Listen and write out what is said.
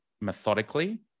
methodically